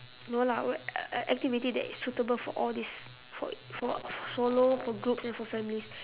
no lah what ac~ activity that is suitable for all these for for solo for groups and for families